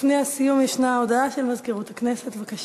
לפני סיום, הודעה של מזכירות הכנסת, בבקשה.